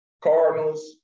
Cardinals